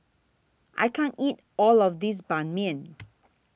I can't eat All of This Ban Mian